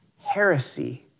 heresy